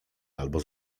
albo